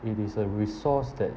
it is a resource that